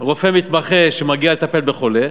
רופא מתמחה שמגיע לטפל בחולה?